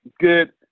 good